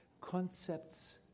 Concepts